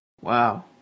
wow